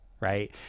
right